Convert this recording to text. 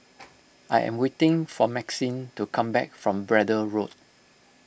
I am waiting for Maxine to come back from Braddell Road